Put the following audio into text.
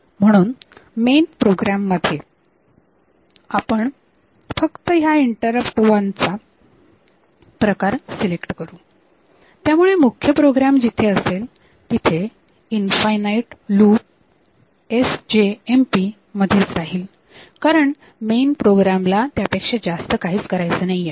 म्हणून main program मध्ये आपण फक्त ह्या इंटरप्ट 1 चा प्रकार सिलेक्ट करू त्यामुळे मुख्य प्रोग्राम जिथे असेल तिथे इनफाईनाईट लूप SJMP मध्येच राहील कारण मेन प्रोग्रॅम ला त्यापेक्षा जास्त काहीच करायचे नाहीये